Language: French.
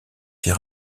fait